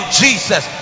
jesus